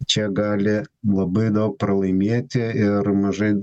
čia gali labai daug pralaimėti ir mažai